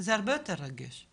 זה הרבה יותר רגיש.